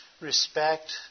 respect